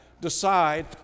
decide